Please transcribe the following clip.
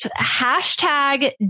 Hashtag